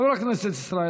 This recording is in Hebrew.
חבר הכנסת ישראל